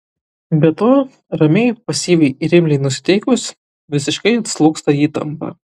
be to ramiai pasyviai ir imliai nusiteikus visiškai atslūgsta įtampa